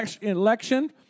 election